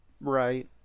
Right